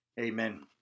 Amen